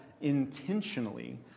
intentionally